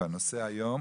והנושא היום